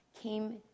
came